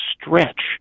stretch